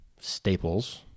Staples